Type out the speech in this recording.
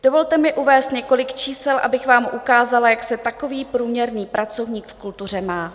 Dovolte mi uvést několik čísel, abych vám ukázala, jak se takový průměrný pracovník v kultuře má.